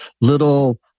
little